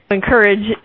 encourage